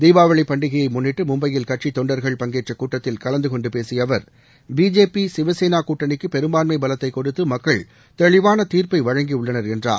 தீபாவளி பண்டிகையை முன்னிட்டு மும்பையில் கட்சித் தொண்டர்கள் பங்கேற்ற கூட்டத்தில் கலந்து கொண்டு பேசிய அவர் பிஜேபி சிவசேனா கூட்டணிக்கு பெரும்பான்மை பலத்தை கொடுத்து மக்கள் தெளிவான தீர்ப்பை வழங்கியுள்ளனர் என்றார்